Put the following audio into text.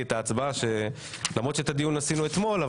את ההצבעה, למרות שאת הדיון עשינו אתמול.